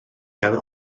gael